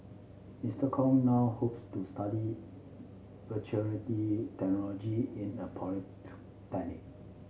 Mister Kong now hopes to study veterinary technology in a